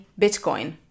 Bitcoin